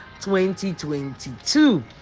2022